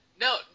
No